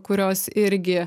kurios irgi